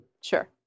Sure